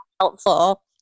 helpful